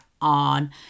on